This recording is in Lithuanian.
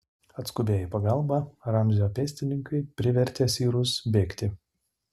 atskubėję į pagalbą ramzio pėstininkai privertė sirus bėgti